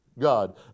god